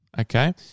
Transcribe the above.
okay